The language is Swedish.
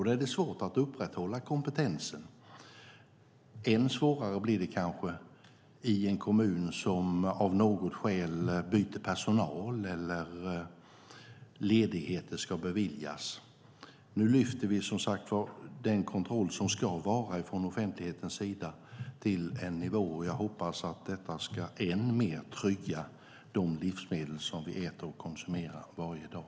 Då är det svårt att upprätthålla kompetensen. Än svårare blir det kanske i en kommun som av något skäl byter personal eller där ledigheter ska beviljas. Nu lyfter vi som sagt den kontroll som ska utövas från offentlighetens sida till en annan nivå. Jag hoppas att detta än mer ska trygga de livsmedel som vi äter och konsumerar varje dag.